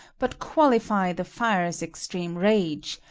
but qualify the fire's extreme rage,